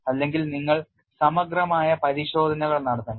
അല്ലെങ്കിൽ നിങ്ങൾ സമഗ്രമായ പരിശോധനകൾ നടത്തണം